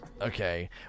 Okay